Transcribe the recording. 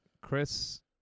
chris